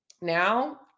now